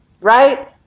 right